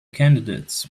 candidates